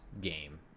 game